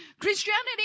Christianity